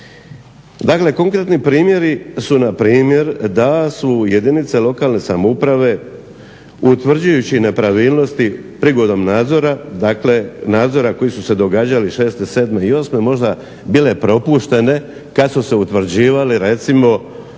Dakle, konkretni primjeri su na primjer da su jedinice lokalne samouprave utvrđujući nepravilnosti prigodom nadzora, dakle, nadzora koji su se događali 6., 7. i 8. možda bile propuštene kada su se utvrđivale recimo